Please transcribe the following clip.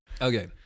Okay